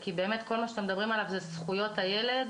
כל מה שאתם מדברים עליו זה זכויות הילד,